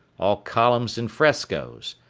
all columns and frescoes.